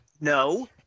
no